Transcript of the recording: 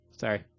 Sorry